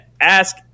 ask